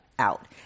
Out